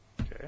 Okay